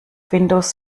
windows